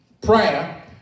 Prayer